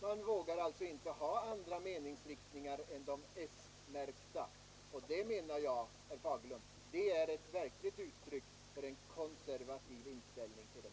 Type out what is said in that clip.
Man vågar alltså inte ha andra meningstiktningar än dem som de s-märkta företräder, och det menar jag, herr Fagerlund, är ett uttryck för en konservativ och räddhågad inställning till dessa frågor.